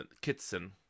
Kitson